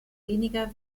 weniger